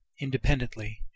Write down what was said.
independently